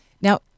Now